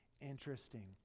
interesting